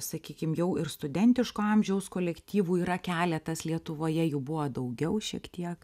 sakykim jau ir studentiško amžiaus kolektyvų yra keletas lietuvoje jų buvo daugiau šiek tiek